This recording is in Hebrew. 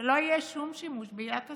שלא יהיה שום שימוש בעילת הסבירות.